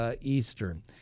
Eastern